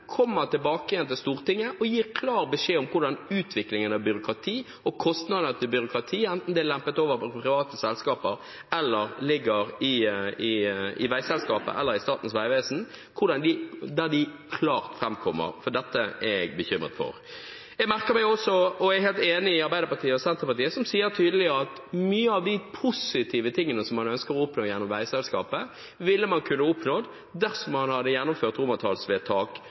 kommer tilbake igjen til Stortinget og gir klar beskjed om utviklingen av byråkrati og kostnadene til byråkrati, enten de er lempet over på private selskaper eller ligger i veiselskapet eller i Statens vegvesen – at dette klart framkommer, for dette er jeg bekymret for. Jeg er helt enig med Arbeiderpartiet og Senterpartiet, som sier tydelig at mye av det positive som man ønsker å oppnå gjennom veiselskapet, ville man kunne oppnådd dersom man hadde gjennomført romertallsvedtak